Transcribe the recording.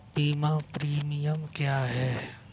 बीमा प्रीमियम क्या है?